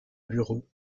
bureau